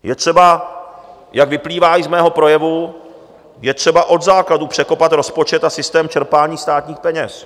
Je třeba, jak vyplývá i z mého projevu, je třeba od základu překopat rozpočet a systém čerpání státních peněz.